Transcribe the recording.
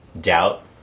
doubt